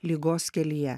ligos kelyje